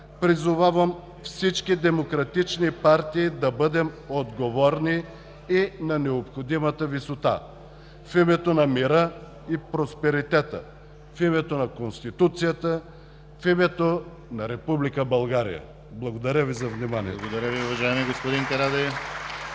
призовавам всички демократични партии да бъдем отговорни и на необходимата висота в името на мира и просперитета, в името на Конституцията, в името на Република България! Благодаря Ви за вниманието. (Ръкопляскания от ДПС